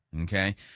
okay